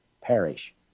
perish